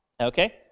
okay